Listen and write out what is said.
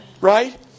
Right